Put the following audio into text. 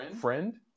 friend